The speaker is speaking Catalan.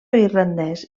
irlandès